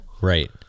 Right